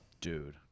Dude